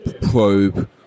probe